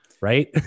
right